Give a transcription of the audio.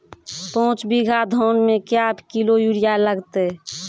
पाँच बीघा धान मे क्या किलो यूरिया लागते?